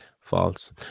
False